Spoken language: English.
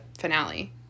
finale